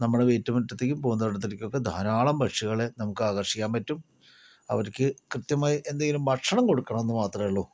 നമ്മുടെ വീട്ടുമുറ്റത്തിലേക്കും പൂന്തോട്ടത്തിലേക്കൊക്കേ ധാരാളം പക്ഷികളെ നമുക്കാകർഷിക്കാൻ പറ്റും അവര്ക്ക് കൃത്യമായി എന്തെങ്കിലും ഭക്ഷണം കൊടുക്കണംന്ന് മാത്രെ ഉള്ളൂ